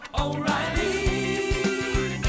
O'Reilly